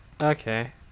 Okay